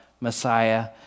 Messiah